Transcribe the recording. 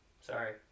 sorry